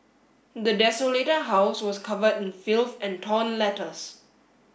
the desolated house was covered in filth and torn letters